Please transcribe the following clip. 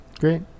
Great